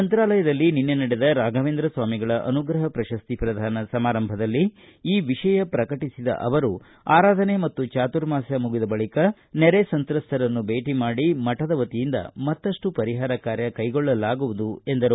ಮಂತಾಲಯದಲ್ಲಿ ನಿನ್ನೆ ನಡೆದ ರಾಘವೇಂದ್ರ ಸ್ವಾಮಿಗಳ ಅನುಗ್ರಹ ಪ್ರಶಸ್ತಿ ಪ್ರದಾನ ಸಮಾರಂಭದಲ್ಲಿ ಈ ವಿಷಯ ಪ್ರಕಟಿಸಿದ ಅವರು ಆರಾಧನೆ ಮತ್ತು ಚಾತುರ್ಮಾಸ ಮುಗಿದ ಬಳಿಕ ನೆರೆ ಸಂತ್ರಸ್ತರನ್ನು ಭೇಟಿ ಮಾಡಿ ಮಠದ ವತಿಯಿಂದ ಮತ್ತಪ್ಟು ಪರಿಹಾರ ಕಾರ್ಯ ಕೈಗೊಳ್ಳಲಾಗುವುದು ಎಂದರು